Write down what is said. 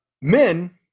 Men